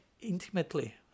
intimately